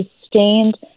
sustained